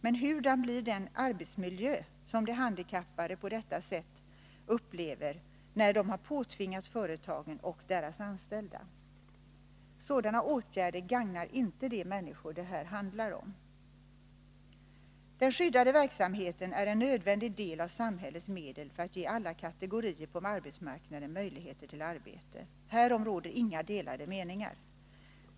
Men hurdan blir den arbetsmiljö som de handikappade upplever när de på detta sätt påtvingats företagen och deras anställda? Sådana åtgärder gagnar inte de människor det här handlar om. Den skyddade verksamheten är en nödvändig del av samhällets medel för att ge alla kategorier på arbetsmarknaden möjligheter till arbete. Härom råder inga delade meningar.